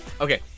Okay